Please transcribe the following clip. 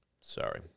sorry